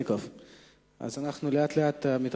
מה קרה